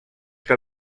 que